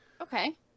Okay